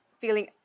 feeling